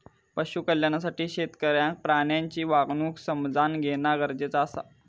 पशु कल्याणासाठी शेतकऱ्याक प्राण्यांची वागणूक समझान घेणा गरजेचा आसा